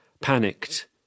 panicked